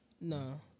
No